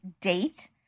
DATE